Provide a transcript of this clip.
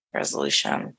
resolution